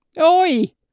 Oi